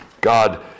God